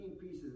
pieces